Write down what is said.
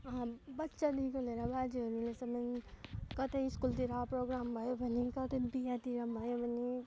बच्चादेखिको लिएर बाजेहरूलेसम्म कतै स्कुलतिर प्रोग्राम भयो भने कतै बिहातिर भयो भने